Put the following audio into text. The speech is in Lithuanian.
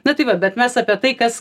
na tai va bet mes apie tai kas